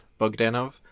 Bogdanov